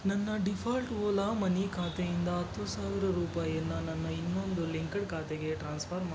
ನನ್ನ default Ola Money ಖಾತೆಯಿಂದ ಹತ್ತು ಸಾವಿರ ರೂಪಾಯಿಯನ್ನ ನನ್ನ ಇನ್ನೊಂದು ಲಿಂಕ್ಡ್ ಖಾತೆಗೆ ಟ್ರಾನ್ಸ್ಫರ್ ಮಾ